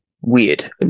weird